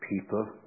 people